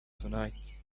tonight